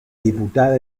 diputada